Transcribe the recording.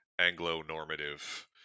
Anglo-normative